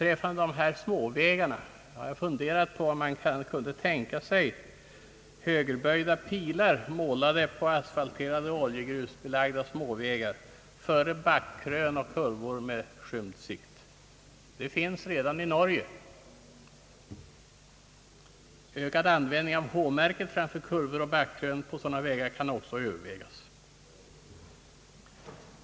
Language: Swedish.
När det gäller småvägarna kunde man kanske tänka sig högerböjda pilar på asfalterade och oljegrusbelagda småvägar före backkrön och kurvor med skymd sikt. Detta finns redan i Norge. Ökad användning av H-märket framför kurvor och backkrön på sådana vägar kan också övervägas.